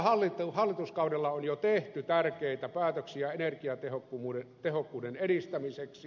tällä hallituskaudella on jo tehty tärkeitä päätöksiä energiatehokkuuden edistämiseksi